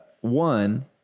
one